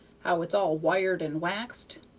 how it's all wired and waxed.